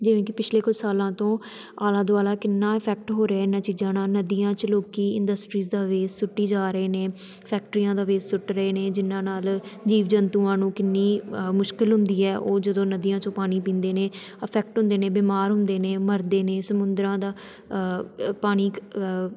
ਜਿਵੇਂ ਕਿ ਪਿਛਲੇ ਕੁਛ ਸਾਲਾਂ ਤੋਂ ਆਲਾ ਦੁਆਲਾ ਕਿੰਨਾ ਇਫੈਕਟ ਹੋ ਰਿਹਾ ਇਹਨਾਂ ਚੀਜ਼ਾਂ ਨਾਲ ਨਦੀਆਂ 'ਚ ਲੋਕੀਂ ਇੰਡਸਟਰੀਜ਼ ਦਾ ਵੇਸਟ ਸੁੱਟੀ ਜਾ ਰਹੇ ਨੇ ਫੈਕਟਰੀਆਂ ਦਾ ਵੇਸਟ ਸੁੱਟ ਰਹੇ ਨੇ ਜਿਨ੍ਹਾਂ ਨਾਲ ਜੀਵ ਜੰਤੂਆਂ ਨੂੰ ਕਿੰਨੀ ਮੁਸ਼ਕਿਲ ਹੁੰਦੀ ਹੈ ਉਹ ਜਦੋਂ ਨਦੀਆਂ 'ਚੋਂ ਪਾਣੀ ਪੀਂਦੇ ਨੇ ਅਫੈਕਟ ਹੁੰਦੇ ਨੇ ਬਿਮਾਰ ਹੁੰਦੇ ਨੇ ਮਰਦੇ ਨੇ ਸਮੁੰਦਰਾਂ ਦਾ ਅ ਪਾਣੀ